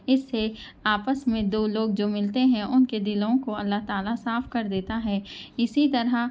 اس سے آپس میں دو لوگ جو ملتے ہیں ان کے دلوں کو اللّہ تعالی صاف کر دیتا ہے اسی طرح